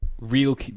real